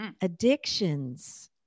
addictions